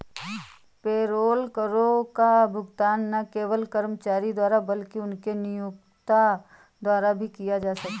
payroll करों का भुगतान न केवल कर्मचारी द्वारा बल्कि उनके नियोक्ता द्वारा भी किया जाता है